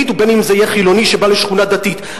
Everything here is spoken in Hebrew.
ובין שזה יהיה חילוני שבא לשכונה דתית,